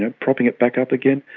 ah propping it back up again.